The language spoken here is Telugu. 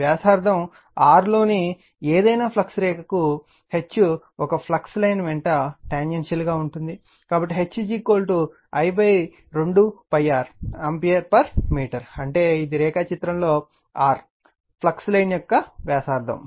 వ్యాసార్థం r లోని ఏదైనా ఫ్లక్స్ రేఖకు H ఒక ఫ్లక్స్ లైన్ వెంట ట్యాన్జెన్షియల్ గా ఉంటుంది కాబట్టి H I 2 π r ఆంపియర్మీటర్ అంటే ఇది రేఖాచిత్రంలో r ఫ్లక్స్ లైన్ యొక్క వ్యాసార్థం